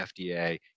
FDA